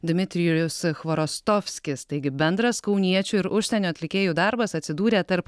dmitrijus chvorostovskis taigi bendras kauniečių ir užsienio atlikėjų darbas atsidūrė tarp